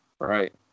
right